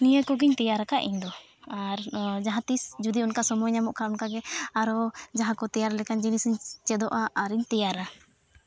ᱱᱤᱭᱟᱹ ᱠᱚᱜᱮᱧ ᱛᱮᱭᱟᱨ ᱠᱟᱜᱼᱟ ᱤᱧ ᱫᱚ ᱟᱨ ᱡᱩᱫᱤ ᱡᱟᱦᱟᱸ ᱛᱤᱥ ᱚᱱᱠᱟ ᱥᱚᱢᱚᱭ ᱧᱟᱢᱚᱜ ᱠᱷᱟᱱ ᱚᱱᱠᱟ ᱜᱮ ᱟᱨᱦᱚᱸ ᱡᱟᱦᱟᱸ ᱠᱚ ᱛᱮᱭᱟᱨ ᱞᱮᱠᱟᱱ ᱡᱤᱱᱤᱥ ᱤᱧ ᱪᱮᱫᱚᱜᱼᱟ ᱟᱹᱨᱤᱧ ᱛᱮᱭᱟᱨᱟ